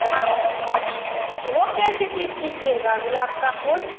हाँ वह कैसे पीस दिजिएगा गुलाब का फूल